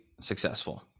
successful